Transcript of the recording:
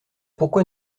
pourquoi